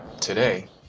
Today